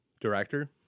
Director